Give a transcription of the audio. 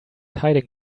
hiding